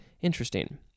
interesting